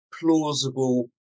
plausible